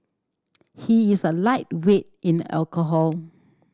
he is a lightweight in alcohol